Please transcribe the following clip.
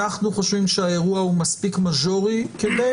אנחנו חושבים שהאירוע הוא מספיק מג'ורי כדי